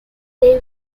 they